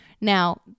Now